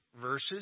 verses